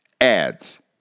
ads